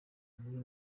muri